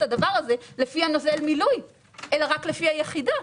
הדבר הזה לפי נוזל המילוי אלא רק לפי היחידות.